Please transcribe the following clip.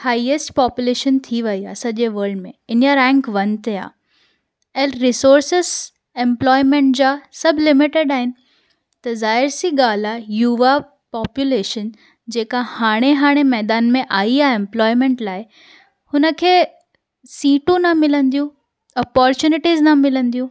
highest population थी वेई आहे सॼे वल्ड में इंडिया रैंक वन ते आहे एंड रिसोर्सिस एम्प्लॉयमेंट जा सभु लिमिटेड आहिनि त ज़ाहिरु सी ॻाल्हि आहे युवा पॉप्युलेशन जेका हाणे हाणे मैदान में आईं आहे एंप्लॉयमेंट लाइ हुनखे सिटूं न मिलंदियूं अपॉर्च्युनिटीज़ न मिलंदियूं